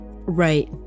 right